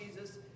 Jesus